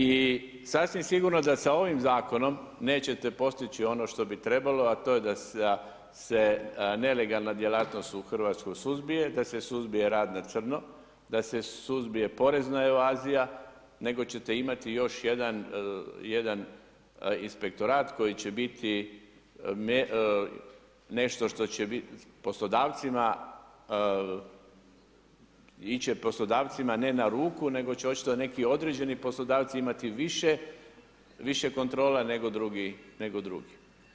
I sasvim sigurno da sa ovim Zakonom nećete postići ono što bi trebalo, a to je da se nelegalna djelatnost u Hrvatskoj suzbije, da se suzbije rad na crno, da se suzbije porezna evazija, nego ćete imati još jedan inspektorat koji će biti nešto što će poslodavcima, ili će poslodavcima ne na ruku nego će očito neki određeni poslodavci imati više kontrole nego drugi.